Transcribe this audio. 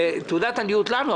זה תעודת עניות לנו,